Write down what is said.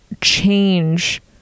change